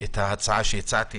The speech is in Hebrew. ההצעה שהצעתי.